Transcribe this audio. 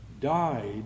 died